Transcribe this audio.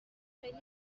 خیلی